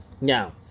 Now